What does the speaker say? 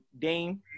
Dame